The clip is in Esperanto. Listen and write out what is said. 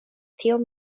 tiom